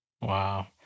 wow